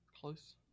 Close